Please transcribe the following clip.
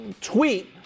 tweet